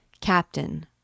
Captain